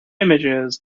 images